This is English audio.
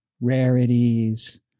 rarities